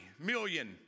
million